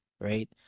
right